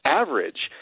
average